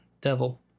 devil